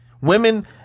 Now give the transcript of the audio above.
Women